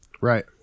Right